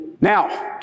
Now